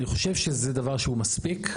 אני חושב שזה דבר שהוא מספיק.